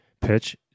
pitch